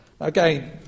Again